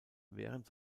während